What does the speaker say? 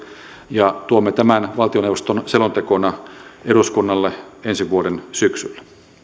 ja tuomme tämän valtioneuvoston selontekona eduskunnalle ensi vuoden syksyllä